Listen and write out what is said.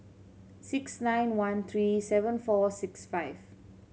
six nine one three seven four six five